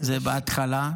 זה בהתחלה,